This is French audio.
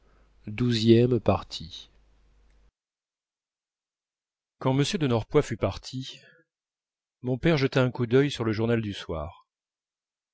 quand m de norpois fut parti mon père jeta un coup d'œil sur le journal du soir